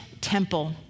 temple